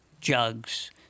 Jugs